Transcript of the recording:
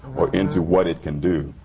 or into what it can do.